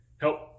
help